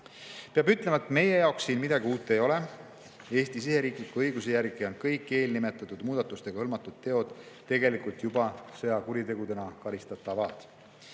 Peab ütlema, et meie jaoks siin midagi uut ei ole. Eesti siseriikliku õiguse järgi on kõik eelnimetatud muudatustega hõlmatud teod juba sõjakuritegudena karistatavad.